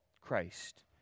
Christ